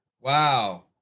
Wow